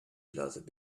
fluttered